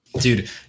dude